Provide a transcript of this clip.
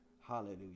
hallelujah